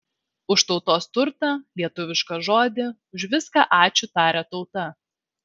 už tautos turtą lietuvišką žodį už viską ačiū taria tauta